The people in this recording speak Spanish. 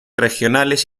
regionales